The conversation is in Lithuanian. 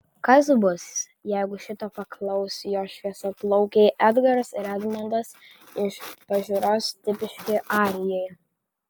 kas bus jeigu šito paklaus jo šviesiaplaukiai edgaras ir edmondas iš pažiūros tipiški arijai